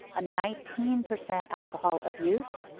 ah nineteen percent alcohol abuse.